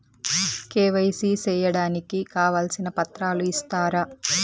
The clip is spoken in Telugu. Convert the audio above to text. కె.వై.సి సేయడానికి కావాల్సిన పత్రాలు ఇస్తారా?